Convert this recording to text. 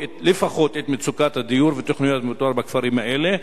לפחות את מצוקת הדיור ותוכניות המיתאר בכפרים האלה.